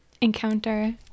encounter